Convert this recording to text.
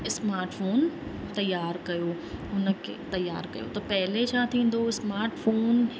smart phone तयारु कयो उन खे तयारु कयो त पहिले छा थींदो स्मार्ट फ़ोन